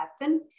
happen